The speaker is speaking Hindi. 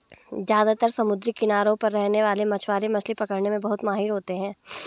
ज्यादातर समुद्री किनारों पर रहने वाले मछवारे मछली पकने में बहुत माहिर होते है